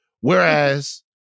Whereas